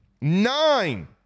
Nine